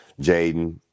Jaden